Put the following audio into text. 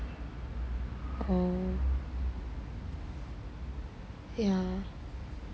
oh ya